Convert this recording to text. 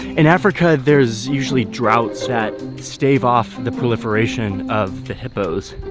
in africa, there's usually droughts that stave off the proliferation of the hippos.